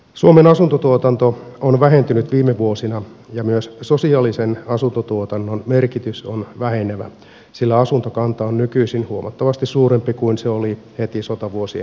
suomen asuntotuotanto on vähentynyt viime vuosina ja myös sosiaalisen asuntotuotannon merkitys on vähenevä sillä asuntokanta on nykyisin huomattavasti suurempi kuin se oli heti sotavuosien jälkeen